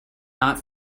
not